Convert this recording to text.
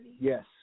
Yes